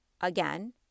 again